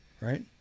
right